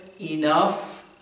enough